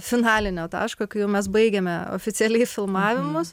finalinio taško kai jau mes baigėme oficialiai filmavimus